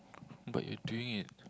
but you're doing it